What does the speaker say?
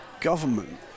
government